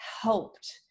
helped